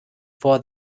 for